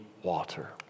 Water